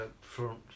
front